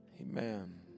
Amen